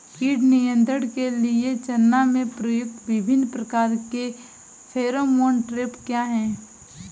कीट नियंत्रण के लिए चना में प्रयुक्त विभिन्न प्रकार के फेरोमोन ट्रैप क्या है?